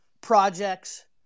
projects